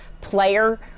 player